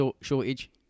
shortage